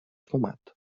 fumat